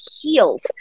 healed